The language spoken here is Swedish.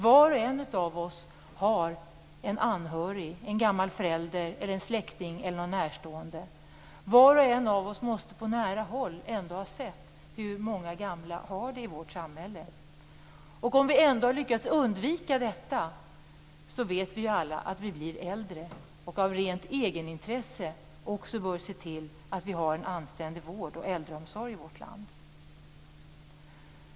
Var och en av oss har en anhörig, en gammal förälder, släkting eller närstående. Var och en av oss måste på nära håll ha sett hur många gamla har det i vårt samhälle. Om vi ändå har lyckats undvika detta, vet vi ju alla att vi blir äldre och av rent egenintresse också bör se till att vi har en anständig vård och äldreomsorg i vårt land.